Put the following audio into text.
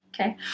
Okay